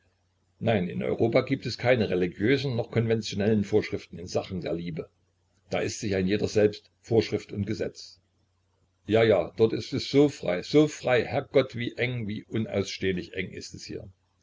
nein in europa gibt es keine religiösen noch konventionellen vorschriften in sachen der liebe da ist sich ein jeder selbst vorschrift und gesetz ja ja dort ist es so frei so frei herrgott wie eng wie unausstehlich eng ist es hier